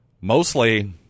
mostly